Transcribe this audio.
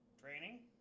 Training